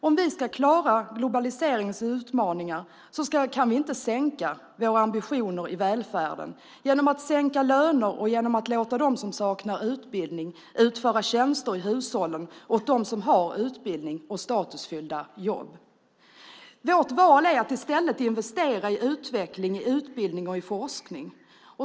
Om vi ska klara globaliseringens utmaningar kan vi inte sänka våra ambitioner i välfärden genom att sänka löner och genom att låta dem som saknar utbildning utföra tjänster i hushållen åt dem som har utbildning och statusfyllda jobb. Vårt val är att i stället investera i utveckling, utbildning och forskning.